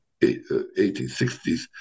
1860s